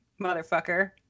motherfucker